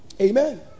Amen